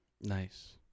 Nice